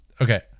okay